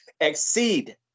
exceed